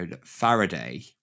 Faraday